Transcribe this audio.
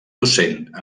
docent